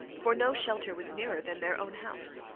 for no shelter was nearer than their own house.